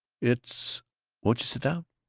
it's won't you sit down?